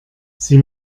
sie